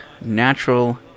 natural